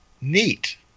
Neat